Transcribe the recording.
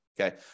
Okay